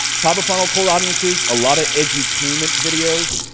top of funnel, cold audiences. a lot of edutainment videos.